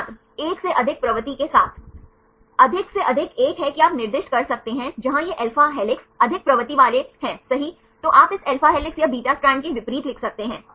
छात्र एक से अधिक प्रवृत्ति के साथ अधिक से अधिक एक है कि आप निर्दिष्ट कर सकते हैं जहां यह alpha हेलिक्स अधिक प्रवृत्ति वाले अधिकार है तो आप इस alpha हेलिक्स या beta स्ट्रैंड के विपरीत लिख सकते हैं